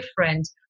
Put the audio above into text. different